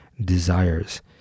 desires